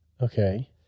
Okay